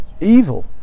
evil